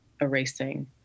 erasing